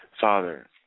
Father